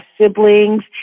siblings